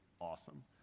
awesome